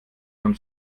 von